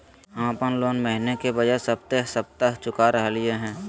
हम अप्पन लोन महीने के बजाय सप्ताहे सप्ताह चुका रहलिओ हें